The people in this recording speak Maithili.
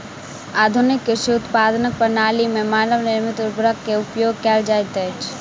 आधुनिक कृषि उत्पादनक प्रणाली में मानव निर्मित उर्वरक के उपयोग कयल जाइत अछि